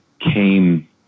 came